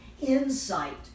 insight